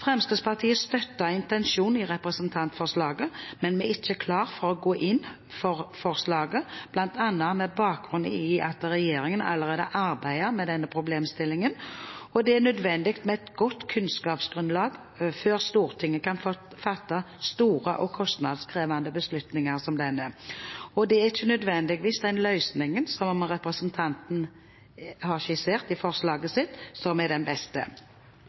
Fremskrittspartiet støtter intensjonen i representantforslaget, men vi er ikke klar for å gå inn for forslaget, bl.a. med bakgrunn i at regjeringen allerede arbeider med denne problemstillingen. Det er nødvendig med et godt kunnskapsgrunnlag før Stortinget kan fatte store og kostnadskrevende beslutninger som denne, og det er ikke nødvendigvis den løsningen som representantene har skissert i sitt forslag, som er den beste.